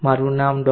Dr